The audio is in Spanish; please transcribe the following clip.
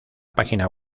página